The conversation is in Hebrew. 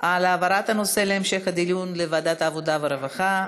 על העברת הנושא להמשך הדיון לוועדת העבודה והרווחה.